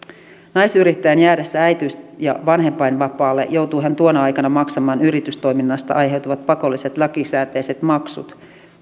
jäädessään äitiys ja vanhempainvapaalle joutuu naisyrittäjä tuona aikana maksamaan yritystoiminnasta aiheutuvat pakolliset lakisääteiset maksut